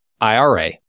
IRA